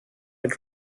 mit